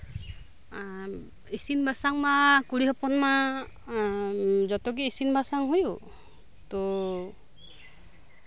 ᱤᱥᱤᱱ ᱵᱟᱥᱟᱝ ᱢᱟ ᱠᱩᱲᱤ ᱦᱚᱯᱚᱱ ᱢᱟ ᱡᱚᱛᱚ ᱜᱮ ᱤᱥᱤᱱ ᱵᱟᱥᱟᱝ ᱦᱩᱭᱩᱜ